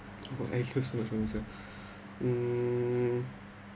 uh I ac~ so much to myself um